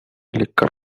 liquor